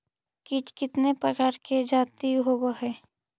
कीट कीतने प्रकार के जाती होबहय?